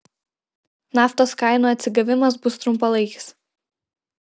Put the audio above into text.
naftos kainų atsigavimas bus trumpalaikis